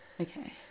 Okay